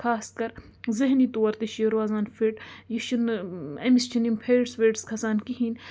خاص کَر ذٔہنی طور تہِ چھِ یہِ روزان فِٹ یہِ چھُنہٕ أمِس چھِنہٕ یِم فیٹٕس ویٹٕس کھسان کِہیٖنۍ